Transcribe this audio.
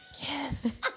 Yes